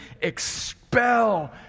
expel